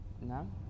No